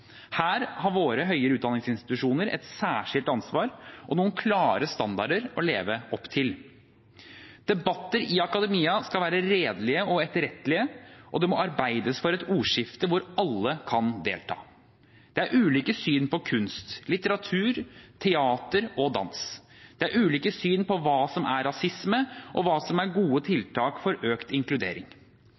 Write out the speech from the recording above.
Her har våre høyere utdanningsinstitusjoner et særskilt ansvar og noen klare standarder å leve opp til. Debatter i akademia skal være redelige og etterrettelige, og det må arbeides for et ordskifte der alle kan delta. Det er ulike syn på kunst, litteratur, teater og dans. Det er ulike syn på hva som er rasisme, og hva som er gode tiltak for økt inkludering.